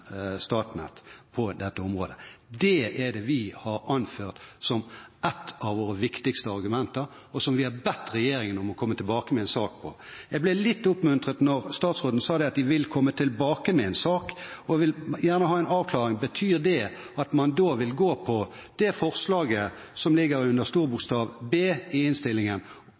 på dette området. Det er det vi har anført som et av våre viktigste argumenter, og som vi har bedt regjeringen om å komme tilbake med en sak om. Jeg ble litt oppmuntret da statsråden sa at de vil komme tilbake med en sak, og jeg vil gjerne ha en avklaring: Betyr det at man da vil gå inn på det forslaget til vedtak som ligger under B i innstillingen,